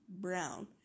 Brown